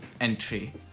entry